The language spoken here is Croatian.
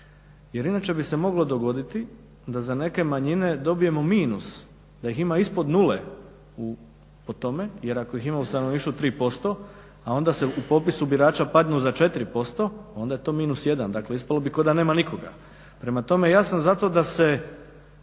Jer inače bi se moglo dogoditi da za neke manjine dobijemo minus, da ih ima ispod nule po tome jer ako ih ima u stanovništvu 3%, a onda se u popisu birača padnu za 4% onda je to minus 1. Dakle, ispalo bi kao da nema nikoga. Prema tome, ja sam za to da se